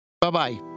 Bye-bye